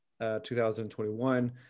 2021